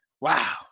Wow